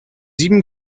sieben